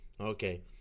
Okay